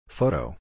Photo